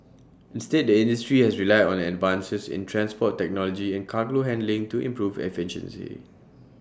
instead the industry has relied on advances in transport technology and cargo handling to improve efficiency